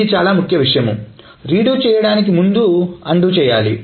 ఇది చాలా ముఖ్యమైన విషయం రీడు చేయడానికి ముందు అన్డు చేయాలి